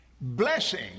Blessing